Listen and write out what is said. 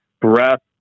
Breath